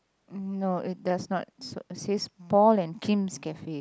mm no it does not says Paul and Kim's cafe